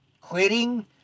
quitting